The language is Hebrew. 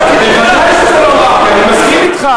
אבל זה לא רק לבדואים.